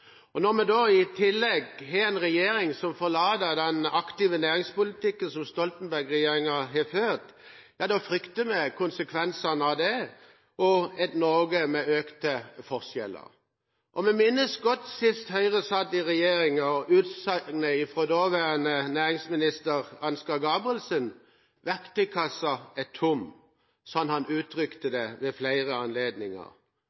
for. Når vi i tillegg har en regjering som forlater den aktive næringspolitikken som Stoltenberg-regjeringen førte, frykter vi at konsekvensene av det er et Norge med økte forskjeller. Vi minnes godt sist Høyre satt i regjering og utsagnet fra daværende næringsminister Ansgar Gabrielsen: Verktøykassa er tom. Slik uttrykte han